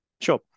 Sure